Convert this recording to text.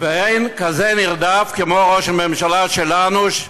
ואין כזה נרדף כמו ראש הממשלה שלנו.